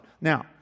Now